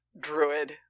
druid